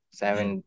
seven